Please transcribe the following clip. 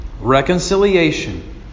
Reconciliation